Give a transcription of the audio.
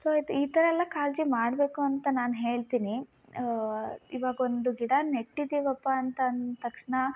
so ಇದು ಈ ಥರ ಎಲ್ಲ ಕಾಳಜಿ ಮಾಡ್ಬೇಕು ಅಂತ ನಾನು ಹೇಳ್ತಿನಿ ಇವಾಗೊಂದು ಗಿಡ ನೆಟ್ಟಿದೇವಪ್ಪ ಅಂತಂದ ತಕ್ಷಣ